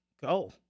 Go